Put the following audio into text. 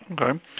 Okay